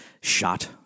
shot